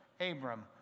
Abram